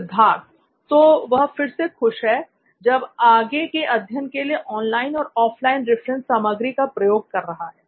सिद्धार्थ तो वह फिर से खुश है जब आगे के अध्ययन के लिए ऑनलाइन और ऑफलाइन रिफरेंस सामग्री का प्रयोग कर रहा है